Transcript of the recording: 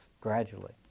gradually